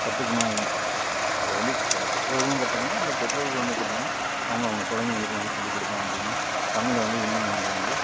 கற்றுக்கணும் அது வந்து பெற்றோர்களும் கற்றுக்கணும் அந்த பெற்றோர்கள் வந்து பார்த்தீங்கனா அவங்கவுங்க குழந்தைங்களுக்கும் வந்து சொல்லிக்கொடுத்தோம் அப்படினா தமிழை வந்து இன்னும் கொஞ்சம் வந்து